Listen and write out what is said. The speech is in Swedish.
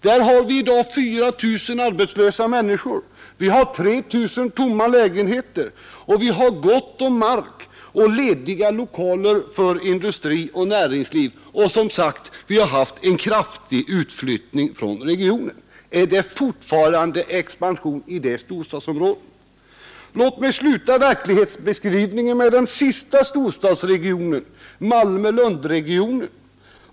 Där har vi i dag 4 000 arbetslösa, vi har 3 000 tomma lägenheter och vi har gott om mark och lediga lokaler för industri och näringsliv. Vi har som sagt haft en kraftig utflyttning från regionen. Är det fortfarande expansion i det storstadsområdet? Jag vill sluta verklighetsbeskrivningen med den sista storstadsregionen, Malmö-Lundregionen.